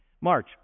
March